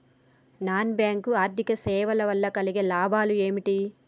Non bank ఆర్థిక సేవల వల్ల కలిగే లాభాలు ఏమిటి?